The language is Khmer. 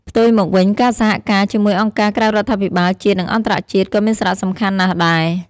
ផ្ទុយមកវិញ ការសហការជាមួយអង្គការក្រៅរដ្ឋាភិបាល ជាតិ និងអន្តរជាតិ ក៏មានសារៈសំខាន់ណាស់ដែរ។